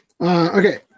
okay